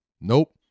nope